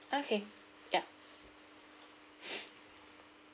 okay ya